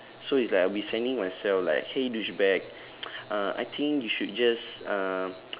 so it's like I'll be sending myself like !hey! douchebag uh I think you should just uh